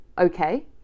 okay